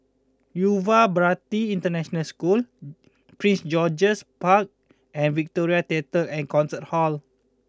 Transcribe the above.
Yuva Bharati International School Prince George's Park and Victoria Theatre and Concert Hall